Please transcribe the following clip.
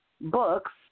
books